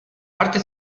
parte